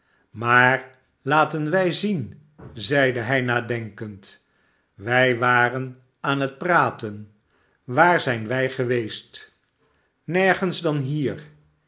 smaar laten wij zien zeide hij nadenkend wij waren aan het praten waar zijn wij geweest nergens dan hier